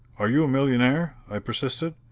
are you a millionaire? i persisted.